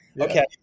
Okay